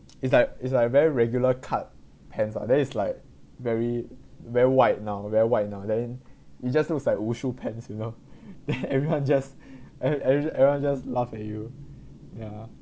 it's like it's like very regular cut pants ah then it's like very very wide now very wide now then it just looks like wushu pants you know then everyone just ev~ every~ everyone just laugh at you ya